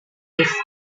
this